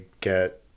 get